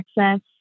access